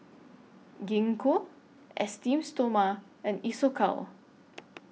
Gingko Esteem Stoma and Isocal